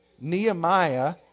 Nehemiah